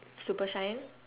super shine